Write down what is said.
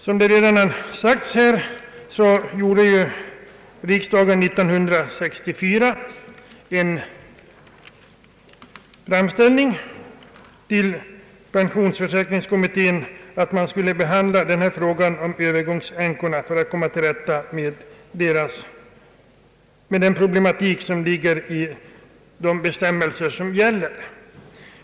Som det redan har sagts gjorde riksdagen 1964 en framställning om att pensionsförsäkringskommittén =: skulle behandla frågan om övergångsänkorna för att komma till rätta med deras problem.